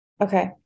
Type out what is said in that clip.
okay